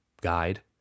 guide